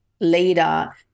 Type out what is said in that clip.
leader